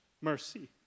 mercy